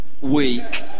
week